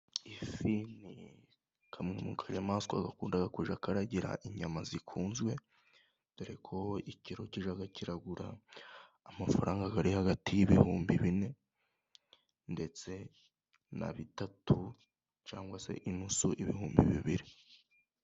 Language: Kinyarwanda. Ifi kamwe mu kanyamaswa bakunda kujya kararagira inyama zikunzwe, dore ko wowe ikiro kijya kigura amafaranga ari hagati y'ibihumbi bine ndetse na bitatu cyangwa se inusu ibihumbi bibiri.